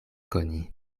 koni